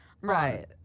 Right